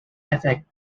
effect